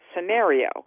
Scenario